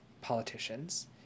politicians